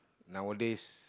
nowadays